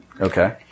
Okay